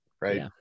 Right